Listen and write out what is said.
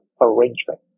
arrangement